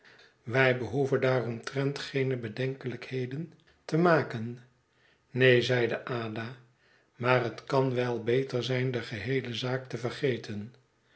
wij behoeven daaromtrent geene bedenkelijkheden te maken neen zeido ada maar het kan wel beter zijn de geheele zaak te vergeten